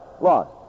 Lost